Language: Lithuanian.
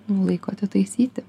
laiko atitaisyti